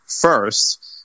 first